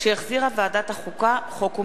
שהחזירה ועדת החוקה, חוק ומשפט,